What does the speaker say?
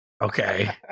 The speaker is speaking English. Okay